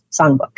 Songbook